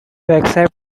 accept